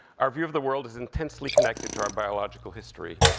our view of the world is intensely connected to our biological history.